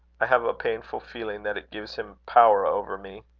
i have a painful feeling that it gives him power over me.